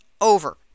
over